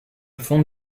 fond